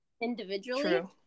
individually